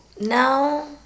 No